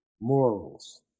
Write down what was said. Morals